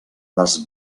les